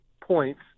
points